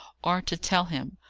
or to tell him.